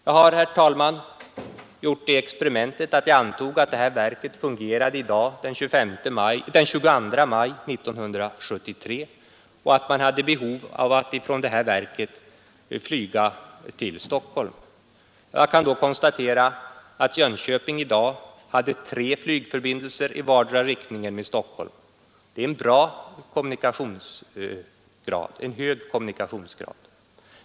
Jag har, herr talman, gjort det experimentet att anta att detta verk fungerade i dag, den 22 maj 1973, och att man hade behov av att från detta verk i dag flyga till Stockholm. Jag kan då konstatera att J önköping i dag hade tre flygförbindelser med Stockholm i vardera riktningen. Det är en hög kommunikationsgrad.